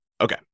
Okay